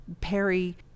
Perry